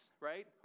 right